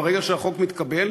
ברגע שהחוק מתקבל,